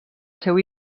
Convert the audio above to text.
seu